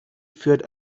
führt